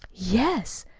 yes.